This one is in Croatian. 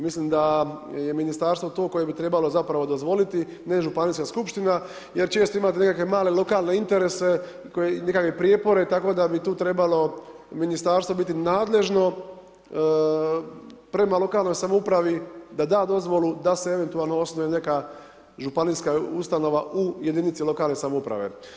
Mislim da je ministarstvo to koje bi trebalo zapravo dozvoliti, ne Županijska skupština, jer često imate male lokalne interese, prijepore tako da bi tu trebalo ministarstvo biti nadležno prema lokalnoj samoupravi da da dozvolu da se eventualno osnuje neka županijska ustanova u jedinici lokalne samouprave.